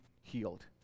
healed